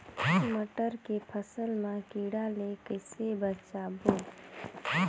मटर के फसल मा कीड़ा ले कइसे बचाबो?